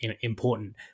important